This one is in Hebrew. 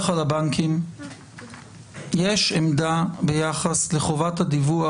על הבנקים יש עמדה ביחס לחובת הדיווח?